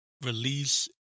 release